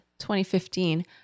2015